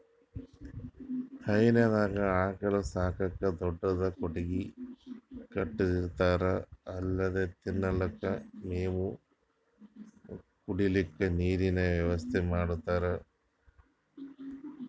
ಹೈನಾದಾಗ್ ಆಕಳ್ ಸಾಕಕ್ಕ್ ದೊಡ್ಡದ್ ಕೊಟ್ಟಗಿ ಕಟ್ಟಿರ್ತಾರ್ ಅಲ್ಲೆ ತಿನಲಕ್ಕ್ ಮೇವ್, ಕುಡ್ಲಿಕ್ಕ್ ನೀರಿನ್ ವ್ಯವಸ್ಥಾ ಮಾಡಿರ್ತಾರ್